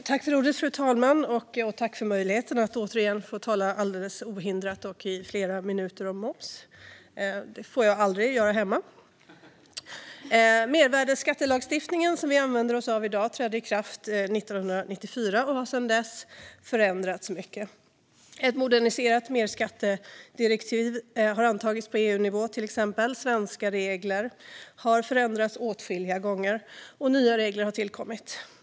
Fru talman! Tack för möjligheten att återigen få tala alldeles obehindrat i flera minuter om moms! Det får jag aldrig göra hemma. Mervärdesskattelagstiftningen som vi använder oss av i dag trädde i kraft 1994 och har sedan dess förändrats mycket. Ett moderniserat mervärdesskattedirektiv har till exempel antagits på EU-nivå. Svenska regler har förändrats åtskilliga gånger, och nya regler har tillkommit.